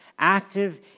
active